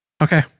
Okay